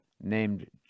named